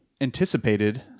anticipated